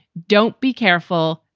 don't be careful,